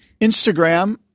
Instagram